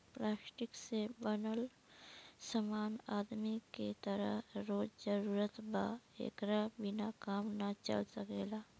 plastic से बनल समान आदमी के हर रोज जरूरत बा एकरा बिना काम ना चल सकेला